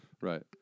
Right